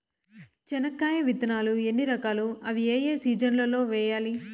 చెనక్కాయ విత్తనాలు ఎన్ని రకాలు? అవి ఏ ఏ సీజన్లలో వేయాలి?